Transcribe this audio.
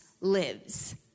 lives